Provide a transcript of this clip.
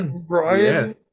Brian